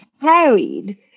carried